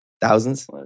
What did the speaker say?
Thousands